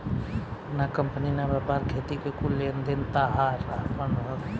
ना कंपनी ना व्यापार, खेती के कुल लेन देन ताहार आपन ह